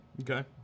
Okay